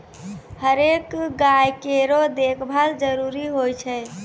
हरेक गाय केरो देखभाल जरूरी होय छै